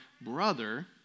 brother